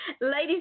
Ladies